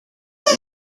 note